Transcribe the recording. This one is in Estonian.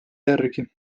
järgi